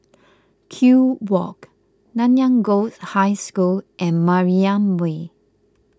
Kew Walk Nanyang Girls' High School and Mariam Way